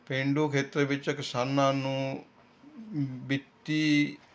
ਪੇਂਡੂ ਖੇਤਰ ਵਿੱਚ ਕਿਸਾਨਾਂ ਨੂੰ ਵਿੱਤੀ